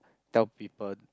tell people